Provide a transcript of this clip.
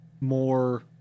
more